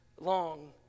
long